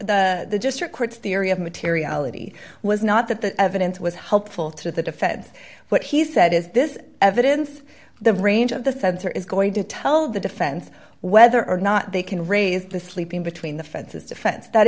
governor the district courts the area of materiality was not that the evidence was helpful to the defense but he said is this evidence the range of the sensor is going to tell the defense whether or not they can raise the sleeping between the fences defense that